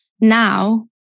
Now